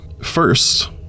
First